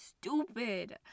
stupid